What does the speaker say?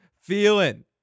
feeling